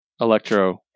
Electro